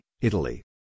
Italy